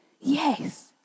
Yes